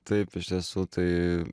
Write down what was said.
taip iš tiesų tai